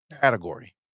category